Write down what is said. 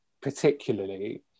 particularly